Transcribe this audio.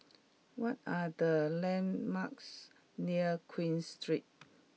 what are the landmarks near Queen Street